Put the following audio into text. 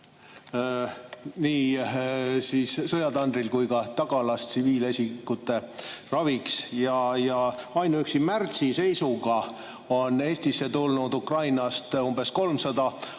nii sõjatandril kui ka tagalas tsiviilisikute raviks. Ainuüksi märtsi seisuga on Eestisse tulnud Ukrainast umbes 300